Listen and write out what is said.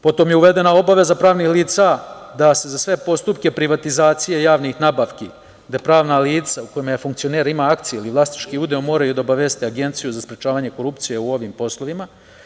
Potom je uvedena obaveza pravnih lica da se za sve postupke privatizacije javnih nabavki, gde pravna lica u kojem funkcioner ima akcije ili vlasnički udeo moraju da obaveste Agenciju za sprečavanje korupcije u ovim poslovima.